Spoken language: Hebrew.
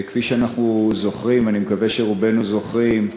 כפי שאנחנו זוכרים, אני מקווה שרובנו זוכרים,